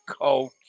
cold